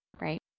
right